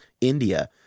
India